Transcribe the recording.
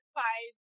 five